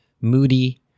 moody